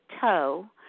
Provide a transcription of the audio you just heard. Toe